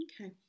Okay